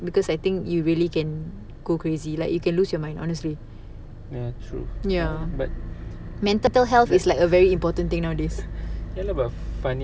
ya true but ya lah but funny